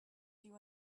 you